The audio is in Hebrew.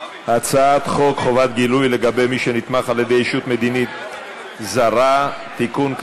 הצעת חוק חובת גילוי לגבי מי שנתמך על-ידי ישות מדינית זרה (תיקון,